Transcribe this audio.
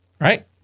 right